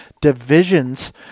divisions